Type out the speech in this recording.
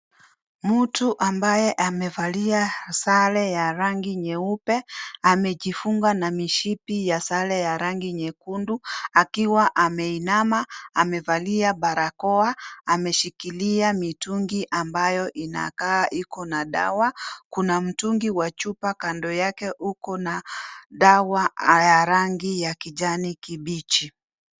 Mtu ambaye amevalia sare ya rangi nyeupe, amejifunga na mishipi ya sare rangi nyekundu, akiwa anainama, amevalia balakoa, ameshikilia mitungi ambayo inakaa iko na dawa. Kuna mtungi wa chupa kando yake huko na dawa ya rangi ya kijani kibichi.